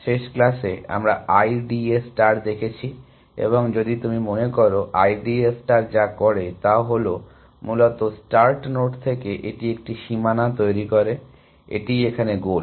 শেষ ক্লাসে আমরা I D A ষ্টার দেখেছি এবং যদি তুমি মনে করো I D A ষ্টার যা করে তা হল মূলত স্টার্ট নোড থেকে এটি একটি সীমানা তৈরি করে এটিই এখানে গোল